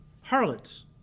harlots